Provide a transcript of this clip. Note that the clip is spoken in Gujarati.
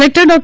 કલેક્ટર ડૉ